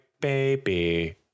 baby